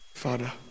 Father